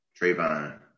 trayvon